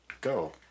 go